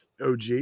og